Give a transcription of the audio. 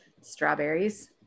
strawberries